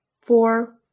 four